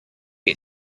che